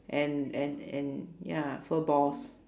and and and ya furballs